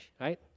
right